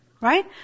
Right